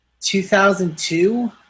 2002